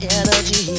energy